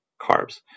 carbs